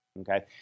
Okay